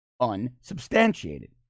unsubstantiated